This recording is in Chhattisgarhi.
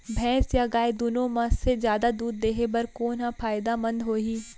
भैंस या गाय दुनो म से जादा दूध देहे बर कोन ह फायदामंद होही?